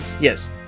Yes